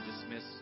dismiss